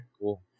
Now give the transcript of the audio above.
cool